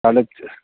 ساڑیچ